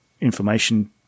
information